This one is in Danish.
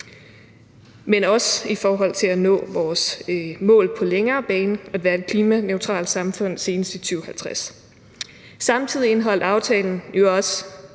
men også i forhold til at nå vores mål på den længere bane: at være et klimaneutralt samfund senest i 2050. Samtidig indeholder aftalen jo også